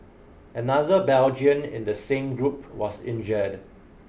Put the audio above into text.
another Belgian in the same group was injured